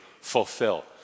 fulfill